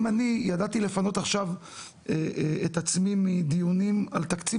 אם אני ידעתי לפנות עכשיו את עצמי מדיונים על תקציב